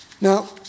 Now